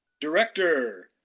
director